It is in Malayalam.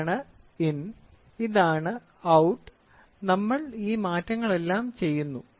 ഇതാണ് ഇൻ ഇതാണ് ഔട്ട് നമ്മൾ ഈ മാറ്റങ്ങളെല്ലാം ചെയ്യുന്നു